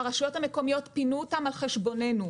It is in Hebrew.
הרשויות המקומיות פינו אותם על חשבוננו,